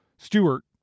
Stewart